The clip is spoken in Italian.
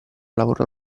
lavoro